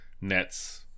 Nets